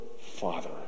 Father